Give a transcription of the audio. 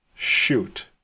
Shoot